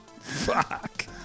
fuck